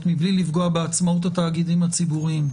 מבלי לפגוע בעצמאות התאגידים הציבוריים.